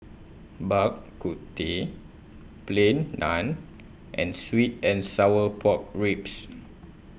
Bak Kut Teh Plain Naan and Sweet and Sour Pork Ribs